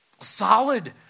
solid